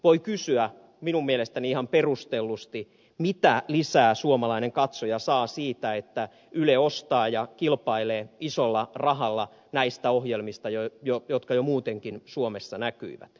voi kysyä minun mielestäni ihan perustellusti mitä lisää suomalainen katsoja saa siitä että yle ostaa näitä ja kilpailee isolla rahalla näistä ohjelmista jotka jo muutenkin suomessa näkyivät